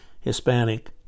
Hispanic